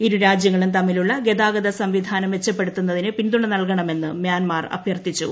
ഇരു രാജ്യങ്ങളും തമ്മിലുള്ള ഗതാഗത സംവിധാനം മെച്ചപ്പെടുത്തുന്നതിനു പിന്തുണ നൽകണമെന്ന് മ്യാൻമർ അഭ്യർത്ഥിച്ചു